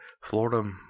Florida